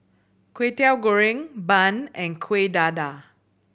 Kway Teow Goreng bun and Kueh Dadar